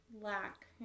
lack